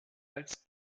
als